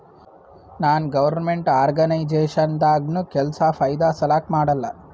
ನಾನ್ government organisation ದಾಗ್ನು ಕೆಲ್ಸಾ ಫೈದಾ ಸಲಾಕ್ ಮಾಡಲ್ಲ